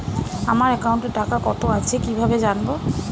আমার একাউন্টে টাকা কত আছে কি ভাবে জানবো?